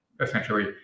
essentially